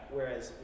Whereas